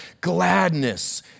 Gladness